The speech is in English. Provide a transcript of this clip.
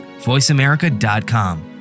voiceamerica.com